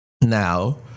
Now